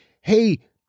hey